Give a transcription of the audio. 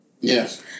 Yes